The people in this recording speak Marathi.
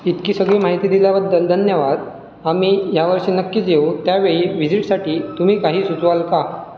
इतकी सगळी माहिती दिल्याबद्दल धन्यवाद आम्ही यावर्षी नक्कीच येऊ त्यावेळी व्हिजिटसाठी तुम्ही काही सुचवाल का